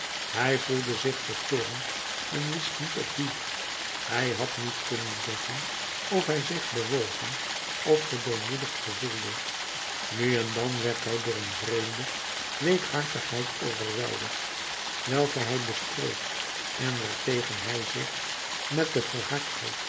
hij voelde zich vertoornd en wist niet op wien hij had niet kunnen zeggen of hij zich bewogen of gedeemoedigd gevoelde nu en dan werd hij door een vreemde weekhartigheid overweldigd welke hij bestreed en waartegen hij zich met de verhardheid